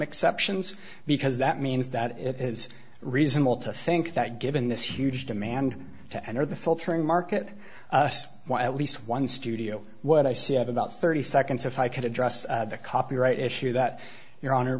exceptions because that means that it is reasonable to think that given this huge demand to enter the filtering market while at least one studio what i see of about thirty seconds if i could address the copyright issue that your hon